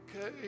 okay